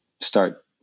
start